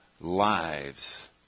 lives